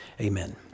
Amen